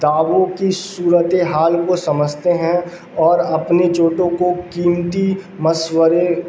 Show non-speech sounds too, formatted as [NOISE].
[UNINTELLIGIBLE] کی صورت حال کو سمجھتے ہیں اور اپنے چھوٹوں کو قیمتی مشورے